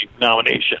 nomination